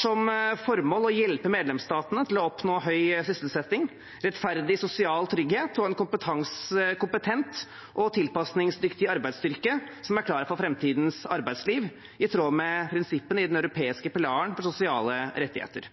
som formål å hjelpe medlemsstatene til å oppnå høy sysselsetting, rettferdig sosial trygghet og en kompetent og tilpasningsdyktig arbeidsstyrke som er klar for framtidens arbeidsliv, i tråd med prinsippene i den europeiske pilaren for sosiale rettigheter.